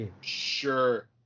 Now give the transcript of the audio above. Sure